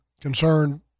concerned